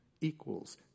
equals